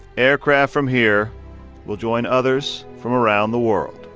aircraft from here will join others from around the world,